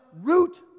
root